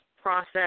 process